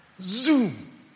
zoom